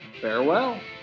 farewell